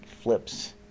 flips